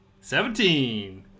Seventeen